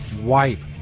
wipe